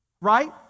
right